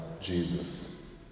Jesus